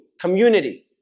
community